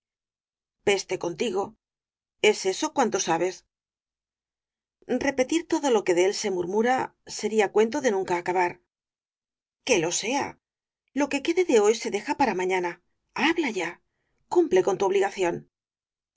peste contigo es eso cuanto sabes repetir todo lo que de él se murmura sería cuento de nunca acabar que lo sea lo que quede de hoy se deja para mañana habla ya cumple tu obligación